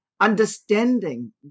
understanding